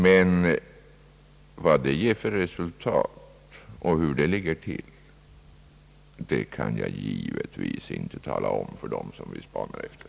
Men vad detta ger för resultat och hur det ligger till kan jag givetvis inte tala om för dem som vi spanar efter.